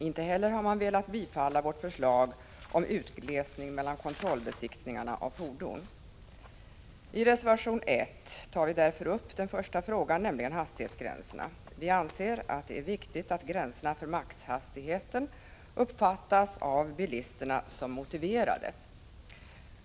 Inte heller har man velat biträda vårt förslag om utglesning mellan kontrollbesiktningarna av fordon. I reservation 1 tar vi därför upp den första frågan, nämligen hastighetsgränserna. Vi anser att det är viktigt att gränserna för maxhastighet uppfattas av bilisterna som motiverade.